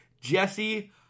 Jesse